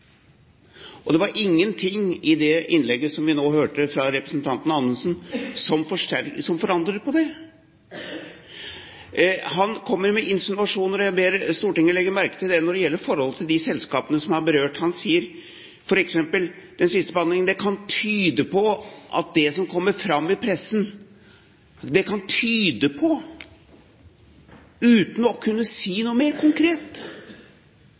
Og det var ingenting i det innlegget vi nå hørte fra representanten Anundsen som forandrer på det. Han kommer med insinuasjoner, og jeg ber Stortinget legge merke til det når det gjelder forholdet til de selskapene som er berørt. Han sier f.eks. om den siste behandlingen: Det «kan tyde på» at det som kommer fram i pressen – «kan tyde på» – uten å kunne si noe mer konkret.